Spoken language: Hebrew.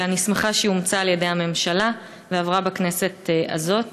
ואני שמחה שהיא אומצה על-ידי הממשלה ועברה בכנסת הזאת.